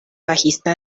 bajista